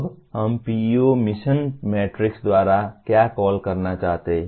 अब हम PEO mission matrix द्वारा क्या कॉल करना चाहते हैं